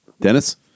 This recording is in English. Dennis